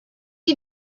you